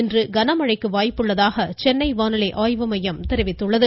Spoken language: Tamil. இன்று கனமழைக்கு வாய்ப்புள்ளதாக சென்னை வானிலை ஆய்வு மையம் தெரிவித்துள்ளது